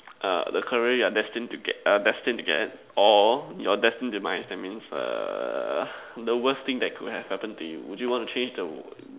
err the career that you're destined to get or your destined demise that means err the worse thing that could have happen to you would you want to change